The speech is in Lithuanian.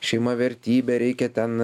šeima vertybė reikia ten